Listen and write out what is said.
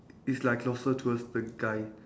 it's like closer towards the guy